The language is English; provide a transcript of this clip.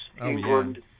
England